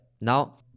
Now